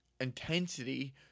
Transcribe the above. intensity